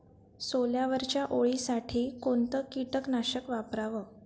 सोल्यावरच्या अळीसाठी कोनतं कीटकनाशक वापराव?